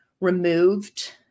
removed